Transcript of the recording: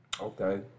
Okay